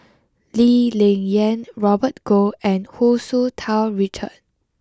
Lee Ling Yen Robert Goh and Hu Tsu Tau Richard